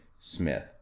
Smith